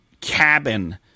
cabin